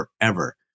forever